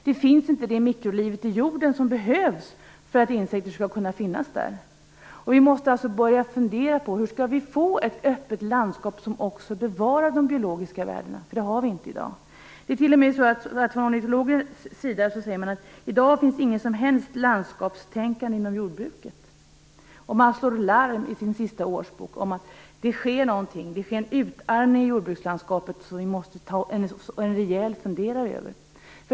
Då finns inte heller det mikroliv i jorden som behövs för att insekter skall kunna finnas där. Vi måste alltså börja fundera över hur vi skall få ett öppet landskap där de biologiska värdena också bevaras. Det har vi nämligen inte i dag. Det är t.o.m. så att ornitologer säger att det i dag inte finns något som helst landskapstänkande inom jordbruket. Man slår larm i sin senaste årsbok om att jordbrukslandskapet utarmas. Det är något som vi måste ta oss en rejäl funderare över.